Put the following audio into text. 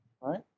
Right